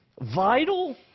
vital